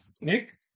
Nick